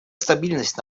стабильность